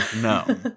No